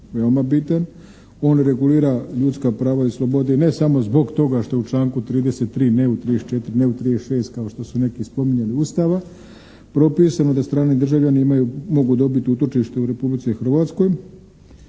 veoma bitan. On regulira ljudska prava i slobode i ne samo zbog toga što u članku 33., ne u 34., ne u 36. kao što su neki spominjali Ustava propisano da strani državljani imaju, mogu dobiti utočište u Republici Hrvatskoj,